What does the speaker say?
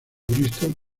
bristol